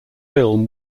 film